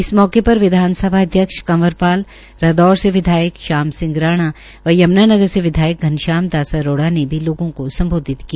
इस मौके पर विधानसभा अध्यक्ष कंवर रादौर से विधायक शाम सिंह राणा व यम्नानगर से विधायक घनश्याम दास अरोड़ा ने लोगों को सम्बोधित किया